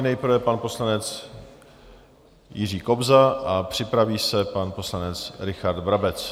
Nejprve pan poslanec Jiří Kobza a připraví se pan poslanec Richard Brabec.